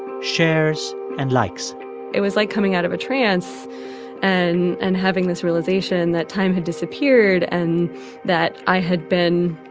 shares and likes it was like coming out of a trance and and having this realization that time had disappeared and that i had been